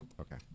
Okay